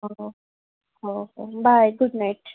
bye good night